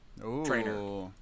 trainer